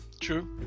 True